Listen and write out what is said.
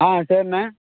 ஆ சரிண்ணே